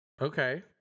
Okay